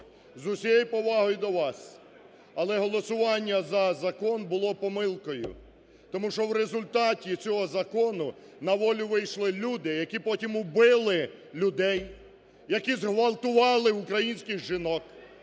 З усією повагою до вас, але голосування за закон було помилкою. Тому що в результаті цього закону на волю вийшли люди, які потім убили людей, які зґвалтували українських жінок,